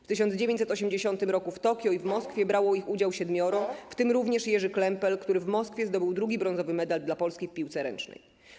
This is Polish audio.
W 1980 r. w Tokio i w Moskwie brało ich udział siedmioro, w tym również Jerzy Klempel, który w Moskwie zdobył drugi brązowy medal dla Polski w piłce ręcznej.